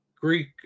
Greek